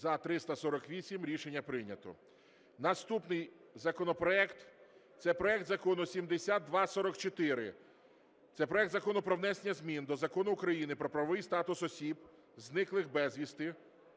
За-348 Рішення прийнято. Наступний законопроект, це проект Закону 7244. Це проект Закону про внесення змін до Закону України "Про правовий статус осіб, зниклих безвісти".